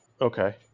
Okay